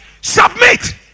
Submit